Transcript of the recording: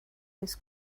this